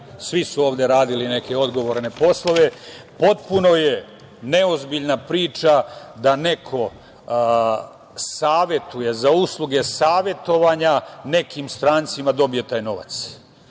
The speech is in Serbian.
svi su ovde radili neke odgovorne poslove, potpuno je neozbiljna priča da neko savetuje, za usluge savetovanja nekim strancima dobije taj novac.